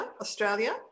Australia